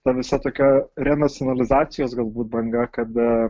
na visa tokia renacionalizacijos galbūt banga kada